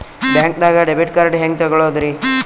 ಬ್ಯಾಂಕ್ದಾಗ debit card ಹೆಂಗ್ ತಗೊಳದ್ರಿ?